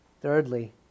Thirdly